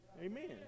Amen